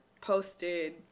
posted